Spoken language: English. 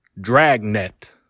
Dragnet